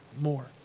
more